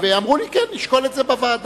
ואמרו לי: כן, נשקול את זה בוועדה.